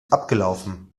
abgelaufen